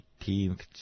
18th